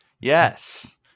Yes